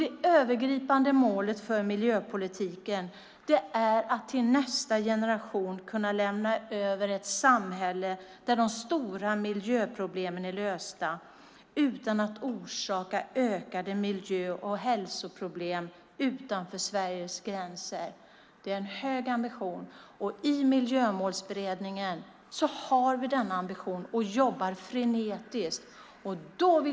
Det övergripande målet för miljöpolitiken är att till nästa generation lämna över ett samhälle där de stora miljöproblemen är lösta utan att orsaka ökade miljö och hälsoproblem utanför Sveriges gränser. Det är en hög ambition. Vi har denna ambition i Miljömålsberedningen och jobbar frenetiskt.